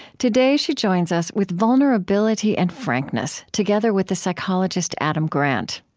today, she joins us with vulnerability and frankness, together with the psychologist adam grant.